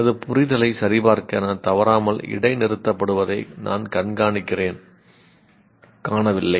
எனது புரிதலைச் சரிபார்க்க நான் தவறாமல் இடைநிறுத்தப்படுவதை நான் கண்டறிகிறேன் காணவில்லை